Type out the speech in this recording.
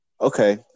Okay